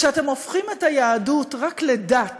כשאתם הופכים את היהדות רק לדת